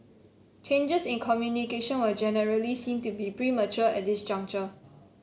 changes in communication were generally seen to be premature at this juncture